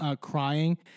crying